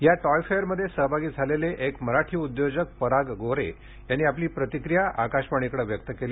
या टॉय फेयरमध्ये सहभागी झालेले एक मराठी उद्योजक पराग गोरे यांनी आपली प्रतिक्रिया आकाशवाणीकडे व्यक्त केली